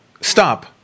stop